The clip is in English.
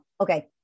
okay